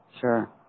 sure